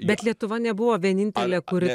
bet lietuva nebuvo vienintelė kuri